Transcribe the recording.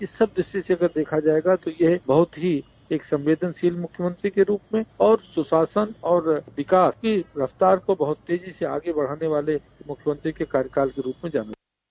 इस सब दृष्टि से अगर देखा जायेगा तो यह बहुत ही एक संवेदनशील मुख्यमंत्री के रूप में और सुशासन और विकास की रफ़्तार को बहुत तेजी से आगे बढ़ाने वाले मुख्यमंत्री के कार्यकाल के रूप में जाना जायेगा